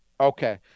Okay